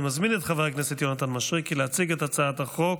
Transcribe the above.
אני מזמין את חבר הכנסת יונתן מישרקי להציג את הצעת החוק.